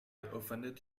offended